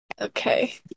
Okay